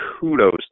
kudos